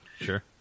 Sure